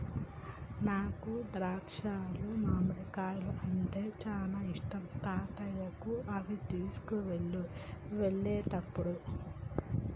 నాకు ద్రాక్షాలు మామిడికాయలు అంటే చానా ఇష్టం తాతయ్యకు అవి తీసుకువెళ్ళు వెళ్ళేటప్పుడు